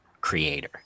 creator